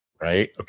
Right